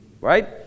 right